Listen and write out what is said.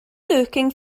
lurking